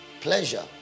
pleasure